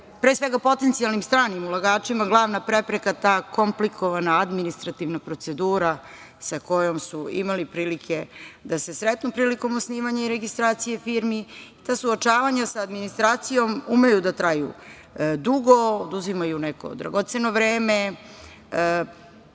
pre svega potencijalnim stranim ulagačima glavna prepreka ta komplikovana administrativna procedura sa kojom su imali prilike da se sretnu prilikom osnivanja i registracije firmi. Ta suočavanja sa administracijom umeju da traju dugo, oduzimaju neko dragoceno vreme,